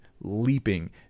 leaping